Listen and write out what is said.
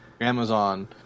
amazon